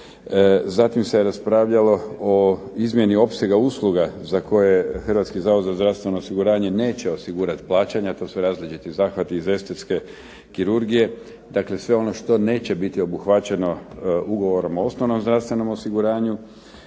zatim se raspravljalo o izmjeni opsega usluga za koje Hrvatski zavod za zdravstveno osiguranje neće osigurati plaćanja, a to su različiti zahvati iz estetske kirurgije, dakle sve ono što neće biti obuhvaćeno ugovorom o osnovnom zdravstvenom osiguranju.